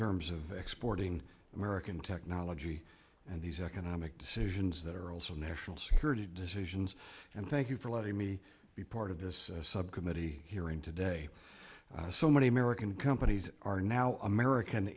terms of exporting american technology and these economic decisions that are also national security decisions and thank you for letting me be part of this subcommittee hearing today so many american companies are now american